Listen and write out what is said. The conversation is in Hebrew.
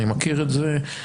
אני מכיר את זה,